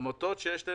עמותות שיש להן